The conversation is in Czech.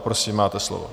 Prosím, máte slovo.